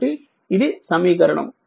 కాబట్టి ఇది సమీకరణం